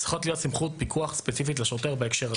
צריכה להיות סמכות פיקוח ספציפית לשוטר בהקשר הזה.